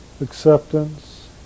acceptance